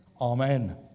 Amen